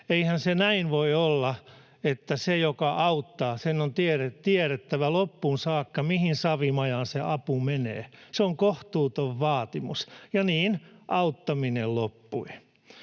Eihän se näin voi olla, että sen, joka auttaa, on tiedettävä loppuun saakka, mihin savimajaan se apu menee. Se on kohtuuton vaatimus, ja niin auttaminen loppui.